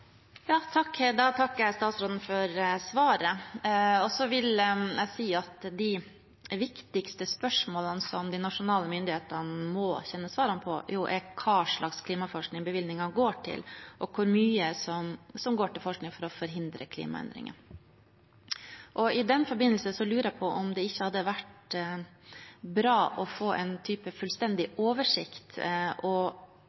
Da takker jeg statsråden for svaret. De viktigste spørsmålene som de nasjonale myndighetene må kjenne svarene på, er hva slags klimaforskning bevilgningene går til, og hvor mye som går til forskning for å forhindre klimaendringer. I den forbindelse lurer jeg på om det ikke hadde vært bra å få en type fullstendig oversikt, og